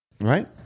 Right